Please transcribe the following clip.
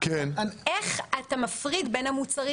איך אתה מפריד בין המוצרים האלה.